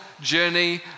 journey